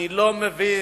אני לא מבין